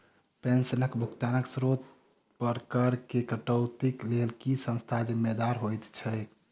पेंशनक भुगतानक स्त्रोत पर करऽ केँ कटौतीक लेल केँ संस्था जिम्मेदार होइत छैक?